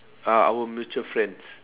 ah our mutual friends